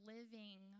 living